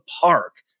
park